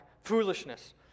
foolishness